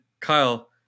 Kyle